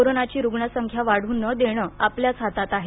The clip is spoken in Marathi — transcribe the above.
कोरोनाची रुग्ण संख्या वाढू नं देणं आपल्याच हातात आहे